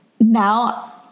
now